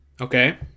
Okay